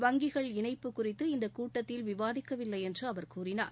வங்கிககள் இணைப்பு குறித்து இந்தக் கூட்டத்தில் விவாதிக்கவில்லை என்று அவர் கூறினார்